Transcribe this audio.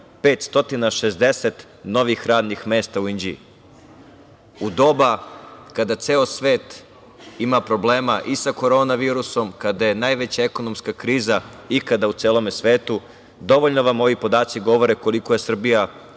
560 novih radnih mesta u Inđiji.U doba kada ceo svet ima problema i sa korona virusom, kada je najveća ekonomska kriza ikada u celom svetu, dovoljno vam ovi podaci govore koliko je Srbija